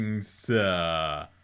sir